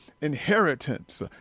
inheritance